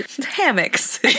Hammocks